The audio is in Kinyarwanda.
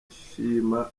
ashima